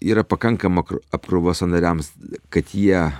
yra pakankama apkrova sąnariams kad jie